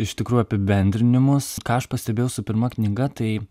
iš tikrųjų apibendrinimus ką aš pastebėjau su pirma knyga tai